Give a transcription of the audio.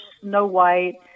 snow-white